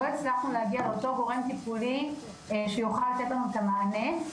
לא הצלחנו להגיע לאותו גורם טיפולי שיוכל לתת לנו את המענה.